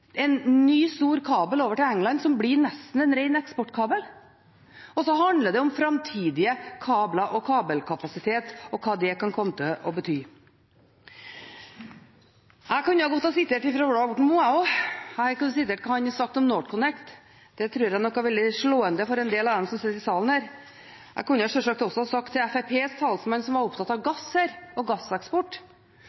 en ny stor kabel over til England, som blir nesten en ren eksportkabel. Og det handler om framtidige kabler og kabelkapasitet og hva det kan komme til å bety. Jeg kunne godt sitert Ola Borten Moe, jeg også, jeg kunne sitert hva han har sagt om NorthConnect. Det tror jeg nok ville vært slående for en del av dem som sitter i salen her. Jeg kunne sjølsagt også sagt noe til Fremskrittspartiets talsmann, som var opptatt av